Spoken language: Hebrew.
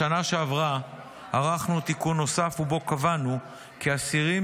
בשנה שעברה ערכנו תיקון נוסף ובו קבענו כי אסירים